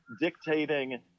dictating